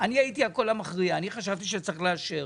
לעניין סעיף